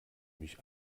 mich